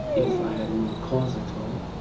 if i had no cause at all,